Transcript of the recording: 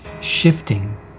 shifting